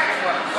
אני לא